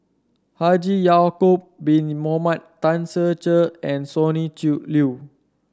Haji Ya'acob Bin Mohamed Tan Ser Cher and Sonny Liew